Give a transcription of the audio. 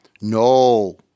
No